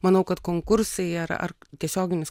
manau kad konkursai ar ar tiesioginis